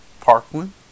Parkland